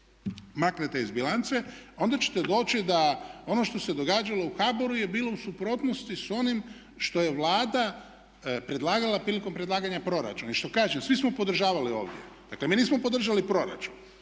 maknete iz bilance onda ćete doći da ono što se događalo u HBOR-u je bilo u suprotnosti s onim što je Vlada predlagala prilikom predlaganja proračuna. I što kaže svi smo podržavali ovdje, dakle mi nismo podržali proračun